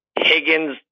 Higgins